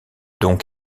donc